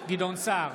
גדעון סער,